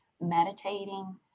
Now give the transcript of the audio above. meditating